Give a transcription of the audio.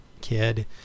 kid